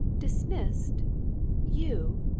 dismissed you?